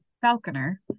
falconer